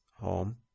home